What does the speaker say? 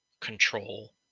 control